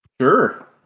Sure